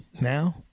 now